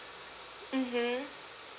mmhmm